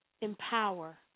empower